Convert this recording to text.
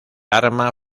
arma